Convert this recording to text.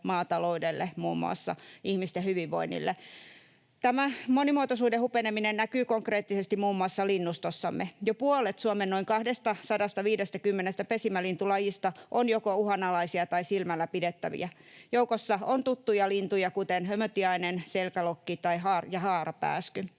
maataloudelle, ihmisten hyvinvoinnille. Tämä monimuotoisuuden hupeneminen näkyy konkreettisesti muun muassa linnustossamme. Jo puolet Suomen noin 250 pesimälintulajista on joko uhanalaisia tai silmälläpidettäviä. Joukossa on tuttuja lintuja, kuten hömötiainen, selkälokki ja haarapääsky.